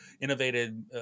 innovated